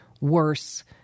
worse